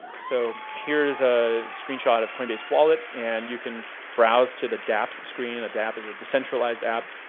so here's a screenshot of coinbase wallet, and you can browse to the dapp so screen. and a dapp is a decentralized app.